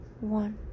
one